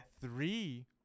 three